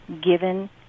given